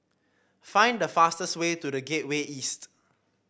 find the fastest way to The Gateway East